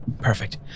Perfect